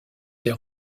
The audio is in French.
des